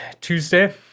Tuesday